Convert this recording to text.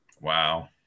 Wow